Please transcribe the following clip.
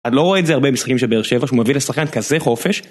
אתה לא רואה את זה הרבה, במשחקים של באר שבע, שהוא מביא לשחקן כזה חופש